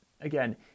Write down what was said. again